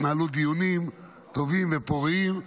התנהלו דיונים טובים ופוריים.